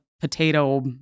potato